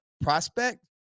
prospect